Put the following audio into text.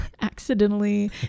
accidentally